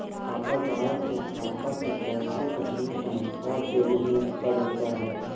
खाताधारक के खाता से पैसे कटने का हिसाब डेबिट में रखा जाता है